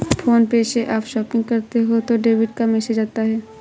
phone पे से आप शॉपिंग करते हो तो डेबिट का मैसेज आता है